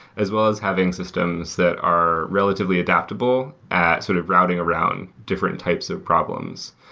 as well as having systems that are relatively adaptable at sort of routing around different types of problems.